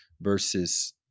versus